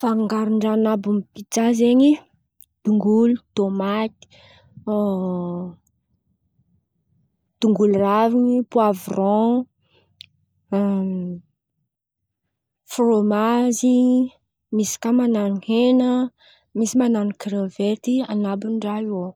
Fangarondraha an̈abony piza zen̈y: dongolo, tômaty, dongolo raviny, poaviron, fromazy, misy kà man̈ano hena misy man̈ano krevety an̈abony raha io ao.